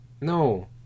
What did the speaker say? No